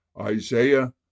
Isaiah